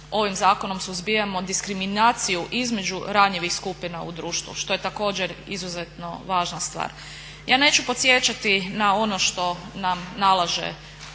ovim zakonom suzbijamo diskriminaciju između ranjivih skupina u društvu što je također izuzetno važna stvar. Ja neću podsjećati na ono što nam nalaže